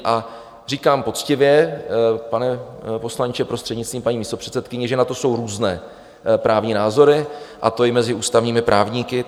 A říkám poctivě, pane poslanče, prostřednictvím paní místopředsedkyně, že na to jsou různé právní názory, a to i mezi ústavními právníky.